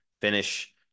finish